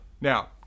now